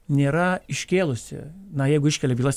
nėra iškėlusi na jeigu iškelia bylas